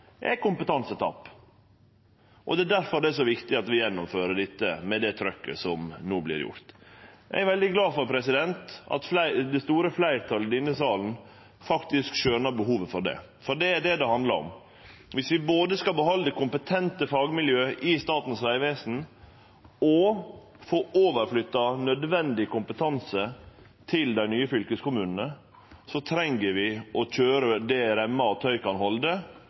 er kompetansetap. Det er difor det er så viktig at vi gjennomfører dette med det trykket som no vert gjort. Eg er veldig glad for at det store fleirtalet i denne salen faktisk skjønar behovet for det, for det er det det handlar om. Om vi både skal behalde kompetente fagmiljø i Statens vegvesen og få flytta over nødvendig kompetanse til dei nye fylkeskommunane, treng vi å køyre det reimar og tøy kan halde,